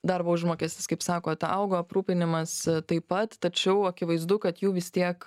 darbo užmokestis kaip sakot augo aprūpinimas taip pat tačiau akivaizdu kad jų vis tiek